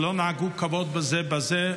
שלא נהגו כבוד זה בזה.